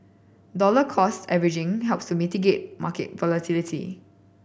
dollar cost averaging helps to mitigate market volatility